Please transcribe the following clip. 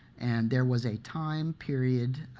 and there was a time period